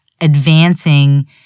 advancing